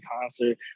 concert